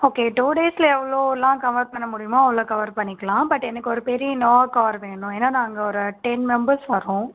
okay two டேஸ்ஸில் எவ்வளோலாம் cover பண்ண முடியுமோ அவ்வளோ கவர் பண்ணிக்கலாம் பட் எனக்கு ஒரு பெரிய இனோவா கார் வேணும் ஏன்னால் நாங்கள் ஒரு டென் மெம்பர்ஸ் வரோம்